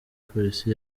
polisi